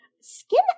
Skin